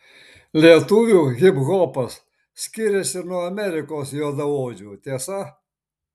lietuvių hiphopas skiriasi nuo amerikos juodaodžių tiesa